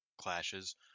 Clashes